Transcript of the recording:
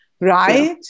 right